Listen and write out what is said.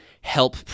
help